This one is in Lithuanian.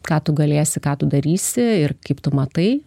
ką tu galėsi ką tu darysi ir kaip tu matai